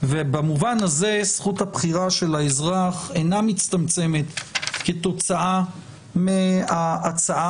ובמובן הזה זכות הבחירה של האזרח אינה מצטמצמת כתוצאה מההצעה,